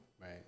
Right